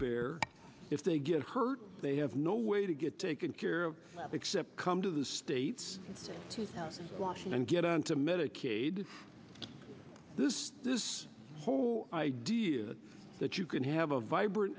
bear if they get hurt they have no way to get taken care of except come to the states and get on to medicaid this this whole idea that you can have a vibrant